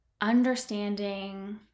understanding